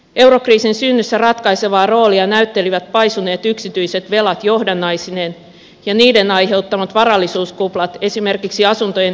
eurokriisin synnyssä ratkaisevaa roolia näyttelivät paisuneet yksityiset velat johdannaisineen ja niiden aiheuttamat varallisuuskuplat esimerkiksi asuntojen hinnoissa ja finanssituotteissa